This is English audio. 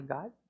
God